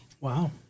Wow